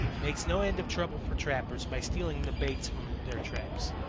makes no end of trouble for trappers by stealing the baits from their traps.